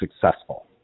successful